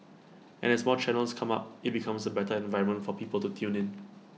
and as more channels come up IT becomes A better environment for people to tune in